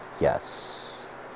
yes